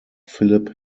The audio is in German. philip